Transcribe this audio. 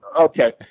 Okay